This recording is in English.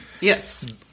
Yes